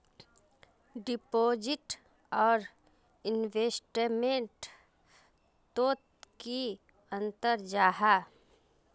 Deposit आर investment तोत की अंतर जाहा?